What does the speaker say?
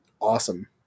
Awesome